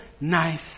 nice